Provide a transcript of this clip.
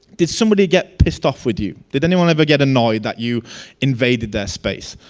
did somebody get pissed off with you? did anyone ever get annoyed that you invaded their space?